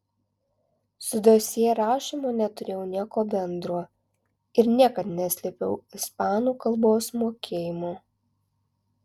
su dosjė rašymu neturėjau nieko bendro ir niekad neslėpiau ispanų kalbos mokėjimo